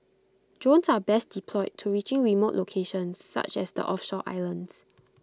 drones are best deployed to reaching remote locations such as the offshore islands